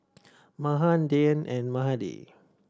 Mahan Dhyan and Mahade